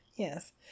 yes